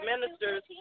Ministers